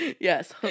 Yes